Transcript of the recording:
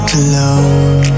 alone